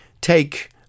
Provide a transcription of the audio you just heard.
take